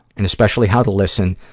and especially how to listen